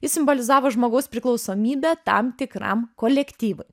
jis simbolizavo žmogaus priklausomybę tam tikram kolektyvui